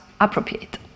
appropriate